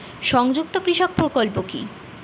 সংযুক্ত কৃষক প্রকল্প কি?